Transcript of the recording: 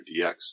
DX